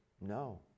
no